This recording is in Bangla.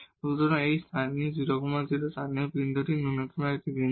সুতরাং এটি 0 0 লোকাল মিনিমা একটি বিন্দু